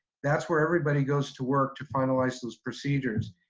that's where everybody goes to work to finalize those procedures